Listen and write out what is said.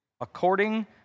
according